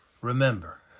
remember